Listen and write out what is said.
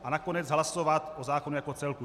A nakonec hlasovat o zákonu jako celku.